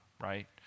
right